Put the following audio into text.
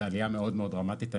זו עלייה מאוד מאוד דרמטית.